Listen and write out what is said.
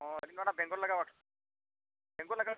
ᱦᱮᱸ ᱱᱚᱣᱟ ᱵᱮᱝᱜᱚᱞ ᱞᱟᱜᱟᱣᱟ ᱵᱮᱝᱜᱚᱞ ᱞᱮᱠᱟᱜᱮ